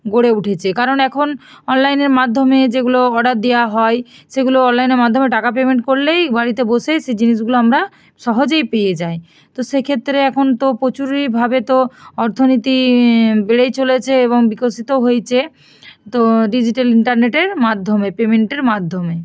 গড়ে উঠেছে কারণ এখন অনলাইনের মাধ্যমে যেগুলো অর্ডার দেওয়া হয় সেগুলো অনলাইনের মাধ্যমে টাকা পেমেন্ট করলেই বাড়িতে বসে সে জিনিসগুলো আমরা সহজেই পেয়ে যাই তো সেক্ষেত্রে এখন তো প্রচুরইভাবে তো অর্থনীতি বেড়েই চলেছে এবং বিকশিতও হয়েছে তো ডিজিটাল ইন্টারনেটের মাধ্যমে পেমেন্টের মাধ্যমে